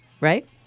right